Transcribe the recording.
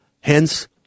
Hence